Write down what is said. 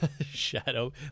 shadow